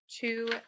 two